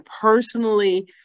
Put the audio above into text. personally